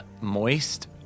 moist